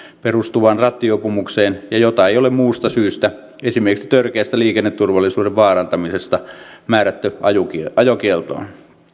perustuvaan rattijuopumukseen ja jota ei ole muusta syystä esimerkiksi törkeästä liikenneturvallisuuden vaarantamisesta määrätty ajokieltoon ajokieltoon